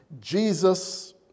Jesus